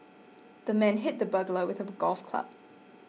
the man hit the burglar with a golf club